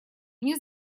мне